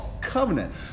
covenant